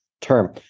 term